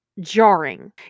jarring